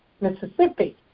Mississippi